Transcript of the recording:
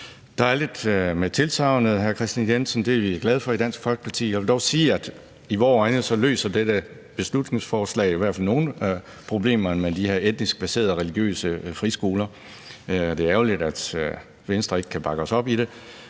Kristian Jensen, det er vi glade for i Dansk Folkeparti. Jeg vil dog sige, at i vore øjne løser dette beslutningsforslag i hvert fald nogle af problemerne med de her etnisk baseret religiøse friskoler. Det er ærgerligt, at Venstre ikke kan bakke os op i det.